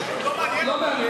הנושא לא מעניין אותם.